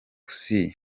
sea